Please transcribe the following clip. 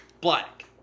black